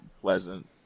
pleasant